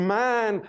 man